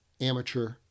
amateur